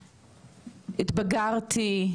התבגרתי,